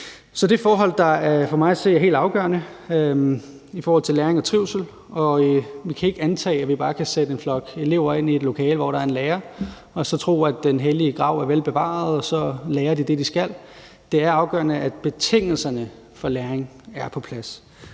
Det er forhold, der for mig at se er helt afgørende i forhold til læring og trivsel. Vi kan ikke antage, at vi bare kan sætte en flok elever ind i et lokale, hvor der er en lærer, og så er den hellige grav vel forvaret, og så lærer de det, de skal. Det er afgørende, at betingelserne for læring er på plads,